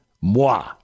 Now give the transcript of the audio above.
moi